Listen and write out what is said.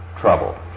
trouble